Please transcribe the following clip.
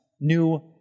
new